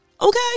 Okay